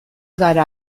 gara